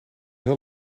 heel